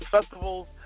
festivals